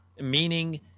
Meaning